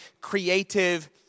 creative